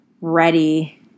ready